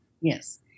Yes